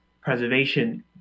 preservation